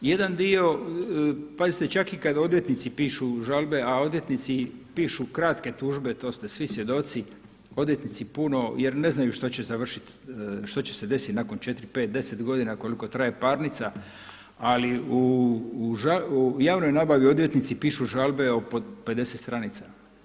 Jedan dio, pazite, čak i kada odvjetnici pišu žalbe, a odvjetnici pišu kratke tužbe to ste svi svjedoci odvjetnici puno jer ne znaju što će završiti, što će se desiti nakon 4, 5, 10 godina koliko traje parnica, ali u javnoj nabavi odvjetnici pišu žalbe od 50 stranica.